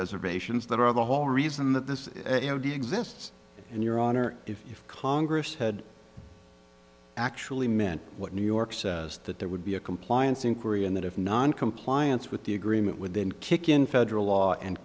reservations that are the whole reason that this exists and your honor if congress had actually meant what new york says that there would be a compliance inquiry and that if noncompliance with the agreement would then kick in federal law and